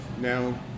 Now